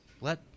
let